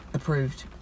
approved